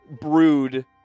brood